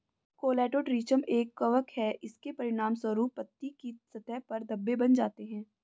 Colletotrichum एक कवक है, इसके परिणामस्वरूप पत्ती की सतह पर धब्बे बन जाते हैं